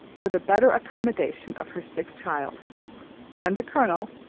for the better accommodation of her sick child and the colonel,